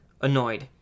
Annoyed